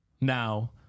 Now